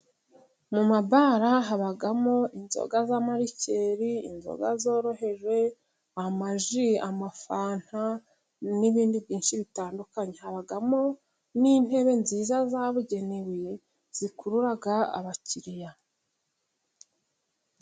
Mu mabara habamo inzoga z'amarikeri, inzoga zoroheje, amaji, amafanta, n'ibindi byinshi bitandukanye. Habamo n'intebe nziza zabugeneye zikurura abakiriya.